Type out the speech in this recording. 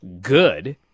good